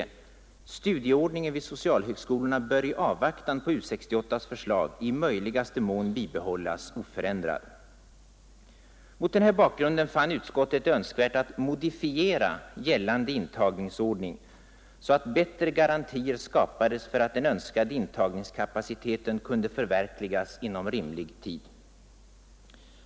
Studieordningen vid socialhögskolorna bör i avvaktan på U 68:s förslag i möjligaste mån bibehållas oförändrad. Mot den här bakgrunden fann utskottet det önskvärt att modifiera gällande intagningsordning så att bättre garantier skapades för att den önskade intagningskapaciteten kunde förverkligas inom rimlig tid.